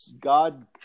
God